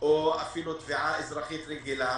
או אפילו תביעה אזרחית רגילה